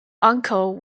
uncle